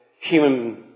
human